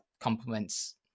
complements